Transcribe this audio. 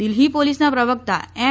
દિલ્હી પોલીસના પ્રવક્તા એમ